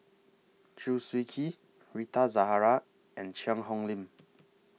Chew Swee Kee Rita Zahara and Cheang Hong Lim